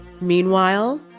Meanwhile